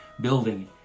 building